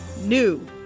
NEW